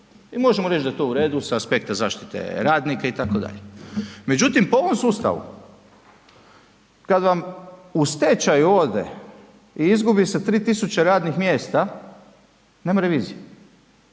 i možemo reći da je to u redu sa aspekta zaštite radnika itd. Međutim, po ovom sustavu kad vam u stečaj ode i izgubi se 3.000 radnih mjesta nema revizije.